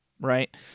right